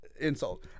insult